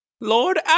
Lord